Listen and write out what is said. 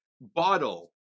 bottle